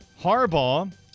Harbaugh